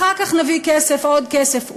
אחר כך נביא כסף, עוד כסף.